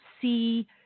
see